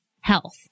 health